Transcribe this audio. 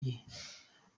gihe